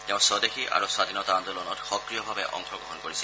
তেওঁ স্বদেশী আৰু স্বাধীনতা আন্দোলনত সক্ৰিয়ভাৱে অংশগ্ৰহণ কৰিছিল